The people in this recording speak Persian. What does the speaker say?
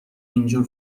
اینجور